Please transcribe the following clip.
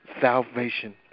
salvation